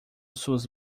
suas